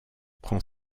prend